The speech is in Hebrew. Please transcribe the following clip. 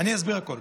אני אסביר הכול.